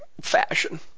fashion